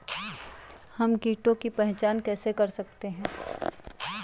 हम कीटों की पहचान कैसे कर सकते हैं?